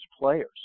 players